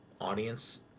audience